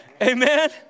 Amen